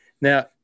Now